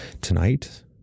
Tonight